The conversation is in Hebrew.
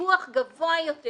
פיקוח גבוה יותר